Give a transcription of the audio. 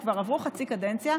הם כבר עברו חצי קדנציה,